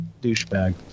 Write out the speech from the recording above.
douchebag